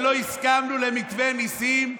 שלא הסכמנו למתווה ניסים.